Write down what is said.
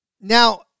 Now